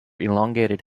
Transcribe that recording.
elongated